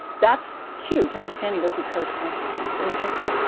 that's huge, understanding those reparative mechanisms. and and so,